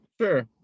sure